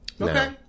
Okay